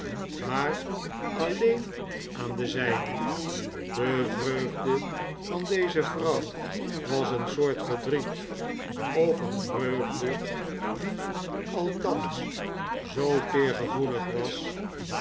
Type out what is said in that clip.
maar alleen aan de zijne de vreugde van deze vrouw was een soort verdriet of een vreugde die althans zoo teergevoelig was